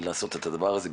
לעשות את הדבר הזה,